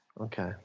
Okay